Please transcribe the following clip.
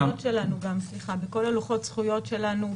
בכל לוחות הזכויות שלנו,